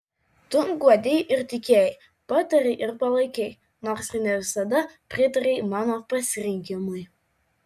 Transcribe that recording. tu guodei ir tikėjai patarei ir palaikei nors ir ne visada pritarei mano pasirinkimui